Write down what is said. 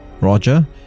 Roger